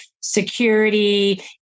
security